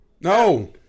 No